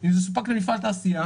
אם זה למפעל תעשייה